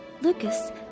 Lucas